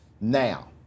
Now